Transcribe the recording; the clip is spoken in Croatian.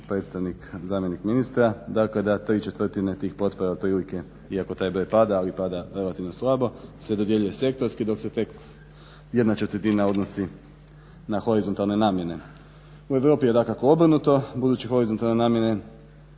predstavnik, zamjenik ministra, dakle da tri četvrtine tih potpora otprilike, iako taj broj pada ali pada relativno slabo, se dodjeljuje sektorski dok se tek jedna četvrtina odnosi na horizontalne namjene. U Europi je dakako obrnuto. Budući da horizontalne namjene,